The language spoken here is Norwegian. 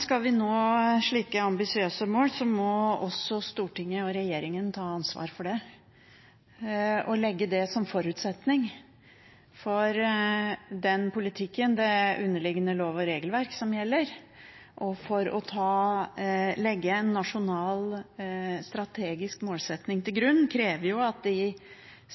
Skal vi nå slike ambisiøse mål, må også Stortinget og regjeringen ta ansvar for det. Å legge det som forutsetning for den politikken, det underliggende lov- og regelverk som gjelder, og å legge en nasjonal strategisk målsetting til grunn krever jo at de